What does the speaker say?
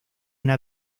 una